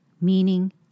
meaning